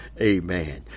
Amen